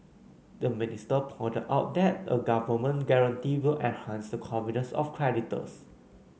the minister pointed out that a government guarantee will enhance the confidence of creditors